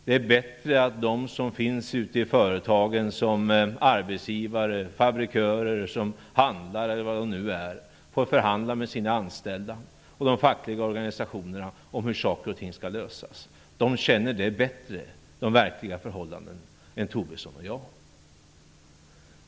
Det är bättre att de som finns ute i företagen som arbetsgivare, fabrikörer och handlare får förhandla med sina anställda och de fackliga organisationen om hur saker och ting skall lösas. De känner bättre till de verkliga förhållandena än Tobisson och jag.